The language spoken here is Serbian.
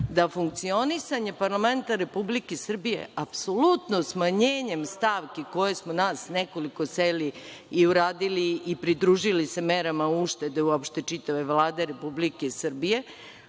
da funkcionisanje parlamenta Republike Srbije apsolutno smanjenjem stavki koje smo nas nekoliko seli i uradili i pridružili se merama uštede uopšte čitave Vlade Republike Srbije,